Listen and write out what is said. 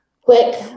Quick